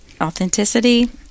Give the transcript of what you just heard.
authenticity